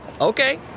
Okay